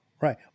Right